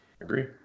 agree